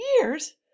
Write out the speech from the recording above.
years